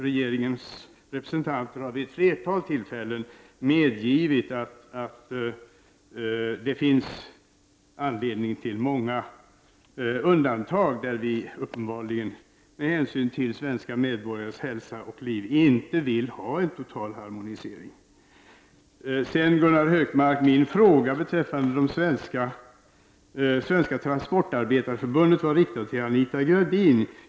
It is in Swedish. Regeringens representant har vid ett flertal tillfällen medgivit att det finns anledning till många undantag, där vi uppenbarligen med hänsyn till svenska medborgares hälsa och liv inte vill ha en total harmonisering. Min fråga beträffande Svenska transportarbetareförbundet, Gunnar Hökmark, var riktad till Anita Gradin.